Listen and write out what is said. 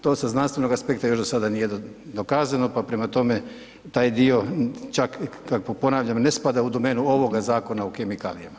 To sa znanstvenog aspekta još do sada nije dokazano, pa prema tome taj dio čak, ponavljam, ne spada u domenu ovoga Zakona o kemikalijama.